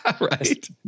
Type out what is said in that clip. Right